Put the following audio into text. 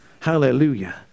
hallelujah